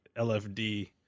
LFD